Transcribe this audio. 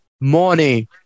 morning